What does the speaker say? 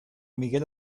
miguel